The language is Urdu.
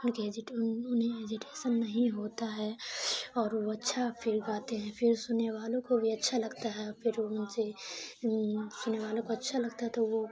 ان کے انہیں ہیجیٹیسن نہیں ہوتا ہے اور وہ اچھا پھر گاتے ہیں پھر سننے والوں کو بھی اچھا لگتا ہے پھر ان سے سننے والوں کو اچھا لگتا ہے تو وہ